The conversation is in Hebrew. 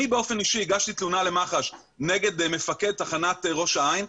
אני באופן אישי הגשתי תלונה למח"ש נגד מפקד תחנת ראש העין.